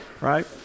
right